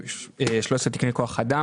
שחלקם הם העודפים של הרשות לביטחון קהילתי,